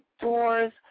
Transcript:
doors